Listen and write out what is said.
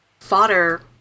fodder